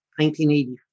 1984